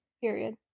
period